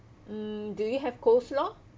mm do you have coleslaw